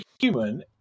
human